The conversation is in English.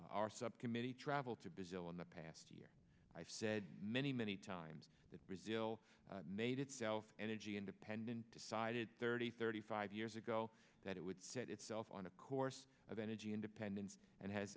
our subcommittee traveled to bizzle in the past year i've said many many times that brazil made itself energy independent decided thirty thirty five years ago that it would set itself on a course of energy independence and has